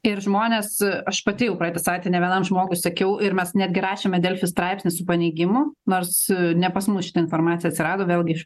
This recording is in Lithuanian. ir žmonės aš pati jau praeitą savaitę ne vienam žmogui ir sakiau ir mes netgi rašėme delfi straipsnį su paneigimu nors ne pas mus šita informacija atsirado vėlgi